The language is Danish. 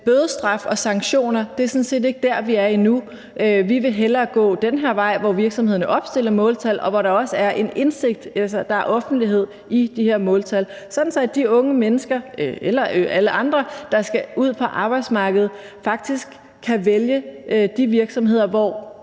bødestraf og sanktioner er sådan set ikke der, vi er endnu. Vi vil hellere gå den her vej, hvor virksomhederne opstiller måltal, og hvor der også er offentlighed i de her måltal, sådan at de unge mennesker eller alle andre, der skal ud på arbejdsmarkedet, faktisk kan vælge de virksomheder, hvor